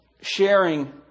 sharing